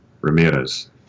Ramirez